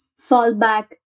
fallback